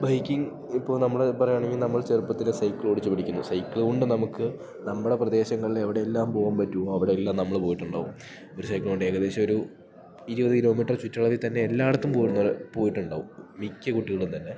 biking ഇപ്പോൾ നമ്മള് പറയുകയാണെങ്കിൽ നമ്മള് ചെറുപ്പത്തിലെ സൈക്കിളോടിച്ച് പഠിക്കുന്നു സൈക്കിള് കൊണ്ട് നമുക്ക് നമ്മുടെ പ്രദേശങ്ങളില് എവിടെയെല്ലാം പോവാൻ പറ്റുന്നോ അവിടെയെല്ലാം നമ്മള് പോയിട്ടുണ്ടാവും ഒരു സൈക്കിള് കൊണ്ട് ഏകദേശവൊരു ഇരുപത് കിലോമീറ്റർ ചുറ്റളവിൽ തന്നെ എല്ലായിടത്തും പോകേണ്ടവര് പോയിട്ടുണ്ടാവും മിക്ക കുട്ടികളും തന്നെ